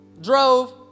drove